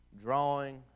drawing